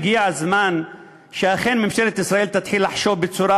הגיע הזמן שאכן ממשלת ישראל תתחיל לחשוב בצורה